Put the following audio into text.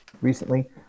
recently